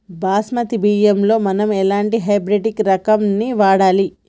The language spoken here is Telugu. బాస్మతి బియ్యంలో మనం ఎలాంటి హైబ్రిడ్ రకం ని వాడాలి?